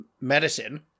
medicine